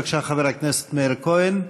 בבקשה, חבר הכנסת מאיר כהן.